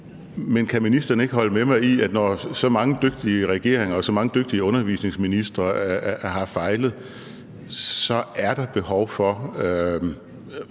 men kan ministeren ikke holde med mig i, at når så mange dygtige regeringer og så mange dygtige undervisningsministre har fejlet, så er der et behov for